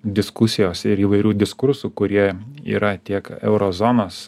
diskusijos ir įvairių diskursų kurie yra tiek euro zonos